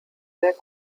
sehr